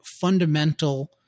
fundamental